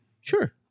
Sure